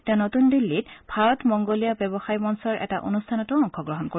তেওঁ নতুন দিল্লীত ভাৰত মংগোলীয়া ব্যৱসায়ী মঞ্চৰ এটা অনুষ্ঠানতো অংশ গ্ৰহণ কৰিব